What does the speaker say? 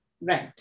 Right